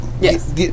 Yes